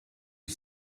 you